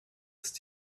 ist